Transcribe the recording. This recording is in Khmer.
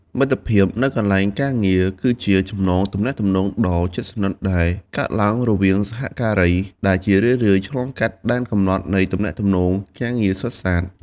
មិត្តភាពនៅកន្លែងការងារគឺជាចំណងទំនាក់ទំនងដ៏ជិតស្និទ្ធដែលកើតឡើងរវាងសហការី ដែលជារឿយៗឆ្លងកាត់ដែនកំណត់នៃទំនាក់ទំនងការងារសុទ្ធសាធ។